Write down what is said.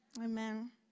Amen